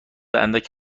اندک